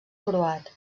croat